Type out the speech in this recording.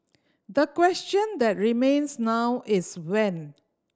the question that remains now is when